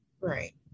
Right